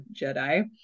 Jedi